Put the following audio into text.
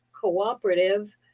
cooperative